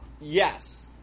Yes